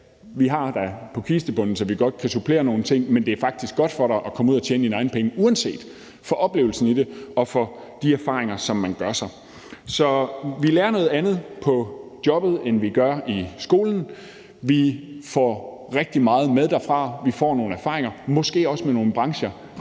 Vi har da nok på kistebunden til, at vi godt kan supplere med nogle ting, men det er faktisk godt for dig at komme ud og tjene dine egne penge. Det gælder uanset hvad i forhold til oplevelsen i det og de erfaringer, som man gør sig. Så vi lærer noget andet på jobbet, end vi gør i skolen. Vi får rigtig meget med derfra. Vi får nogle erfaringer, måske også med nogle brancher,